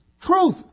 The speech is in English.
truth